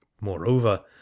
moreover